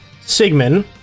Sigmund